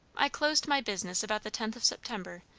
i closed my business about the tenth of september,